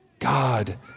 God